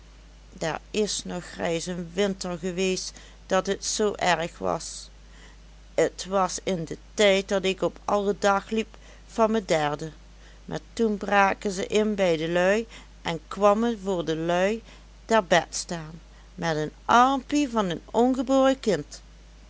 der is nog reis een winter geweest dat et zoo erg was et was in de tijd dat ik op alle dag liep van me derde maar toen braken ze in bij de lui en kwammen voor de lui der bed staan met een armpie van een ongeboren kind